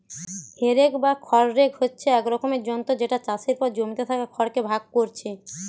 হে rake বা খড় rake হচ্ছে এক রকমের যন্ত্র যেটা চাষের পর জমিতে থাকা খড় কে ভাগ কোরছে